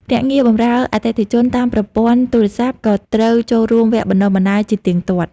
ភ្នាក់ងារបម្រើអតិថិជនតាមប្រព័ន្ធទូរស័ព្ទ ក៏ត្រូវចូលរួមវគ្គបណ្ដុះបណ្ដាលជាទៀងទាត់។